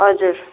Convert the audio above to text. हजुर